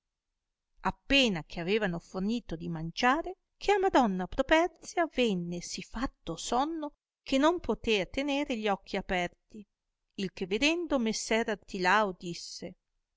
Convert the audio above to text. appena che avevano fornito di mangiare che a madonna properzia venne sì fatto sonno che non potea tenere gli occhi aperti il che vedendo messer artilao disse